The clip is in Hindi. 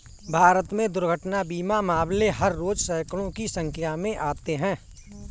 भारत में दुर्घटना बीमा मामले हर रोज़ सैंकडों की संख्या में आते हैं